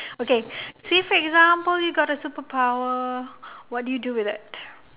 okay say for example you got a superpower what do you do with it